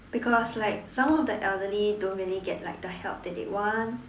because like some of the elderly don't really get like the help that they want